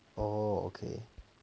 oh okay